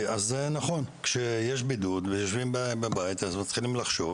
אז נכון כשיש בידוד ויושבים בבית אז מתחילים לחשוב